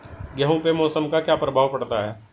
गेहूँ पे मौसम का क्या प्रभाव पड़ता है?